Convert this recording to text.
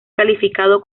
calificado